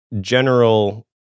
general